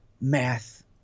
math